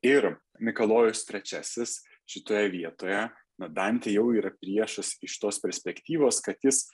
ir mikalojus trečiasis šitoje vietoje na dantei jau yra priešas iš tos perspektyvos kad jis